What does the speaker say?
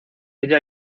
ella